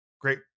Great